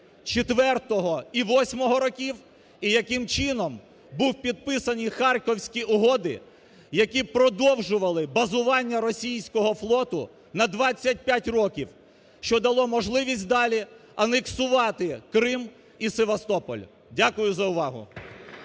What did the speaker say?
років, і яким чином були підписані харківські угоди, які продовжували базування російського флоту на 25 років, що дало можливість далі анексувати Крим і Севастополь. Дякую за увагу.